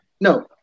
no